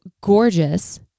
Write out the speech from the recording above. gorgeous